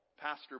Pastor